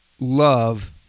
love